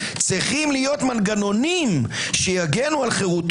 צריכים להיות מנגנונים שיגנו על חירות